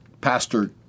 Pastor